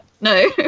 No